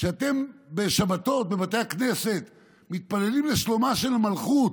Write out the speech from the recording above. ובשבתות בבתי הכנסת אתם מתפללים לשלומה של המלכות,